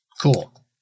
Cool